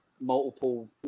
multiple